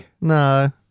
No